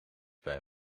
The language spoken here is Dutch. bij